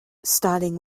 starting